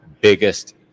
biggest